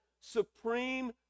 supreme